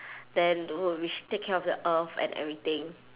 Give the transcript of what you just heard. then don't know which take care of the earth and everything